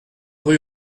rue